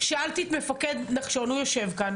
שאלתי את מפקד נחשון שיושב כאן